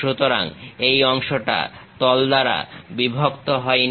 সুতরাং এই অংশটা তল দ্বারা বিভক্ত হয়নি